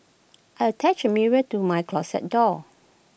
I attached A mirror to my closet door